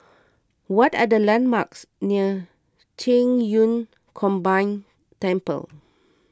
what are the landmarks near Qing Yun Combined Temple